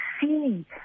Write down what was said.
see